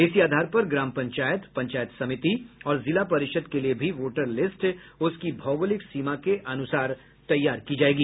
इसी आधार पर ग्राम पंचायत पंचायत समिति और जिला परिषद के लिये भी वोटर लिस्ट उसकी भौगोलिक सीमा के अनुसार तैयार की जायेगी